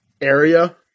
area